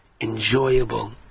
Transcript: enjoyable